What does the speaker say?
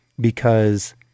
because-